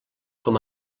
com